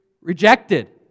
rejected